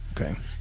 okay